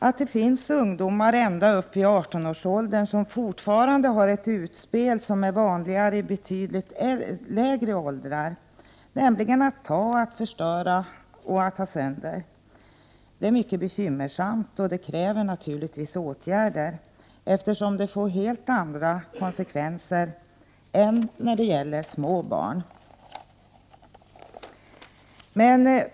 Att det finns ungdomar ända upp i 18-årsåldern som fortfarande har ett agerande som är vanligare i betydligt lägre åldrar, nämligen att ta, att förstöra och att ha sönder, är mycket bekymmersamt och kräver naturligtvis åtgärder, eftersom det får helt andra konsekvenser när det gäller dessa ungdomar än när det gäller små barn.